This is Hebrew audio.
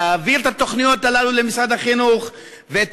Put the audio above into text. יעביר את התוכניות הללו למשרד החינוך ואת